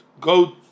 go